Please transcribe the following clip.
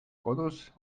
kodus